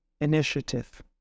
initiative